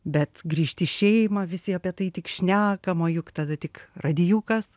bet grįžt į šeimą visi apie tai tik šnekam o juk tada tik radijukas